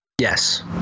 Yes